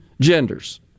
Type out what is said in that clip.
genders